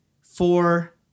four